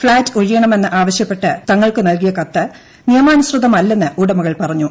flat ഒഴിയണമെന്ന് ആവശ്യപ്പെട്ട് തങ്ങൾക്ക് നൽകിയ കത്ത് നിയമാനുസൃതമല്ലെന്ന് ഉടമകൾ പറഞ്ഞു